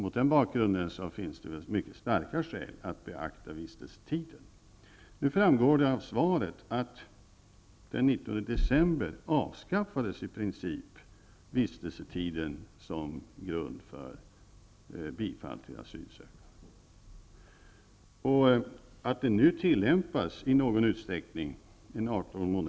Mot den bakgrunden finns mycket starka skäl att beakta vistelsetiden. Det framgår av svaret att den 19 december avskaffades i princip vistelsetiden som grund för bifall till asylsökan.